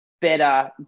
better